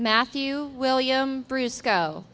matthew william briscoe